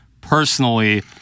personally